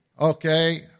Okay